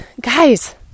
guys